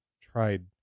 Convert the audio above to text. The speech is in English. tried